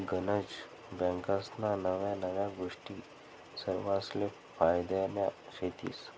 गनज बँकास्ना नव्या नव्या गोष्टी सरवासले फायद्यान्या शेतीस